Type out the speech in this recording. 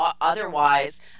otherwise